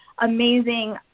amazing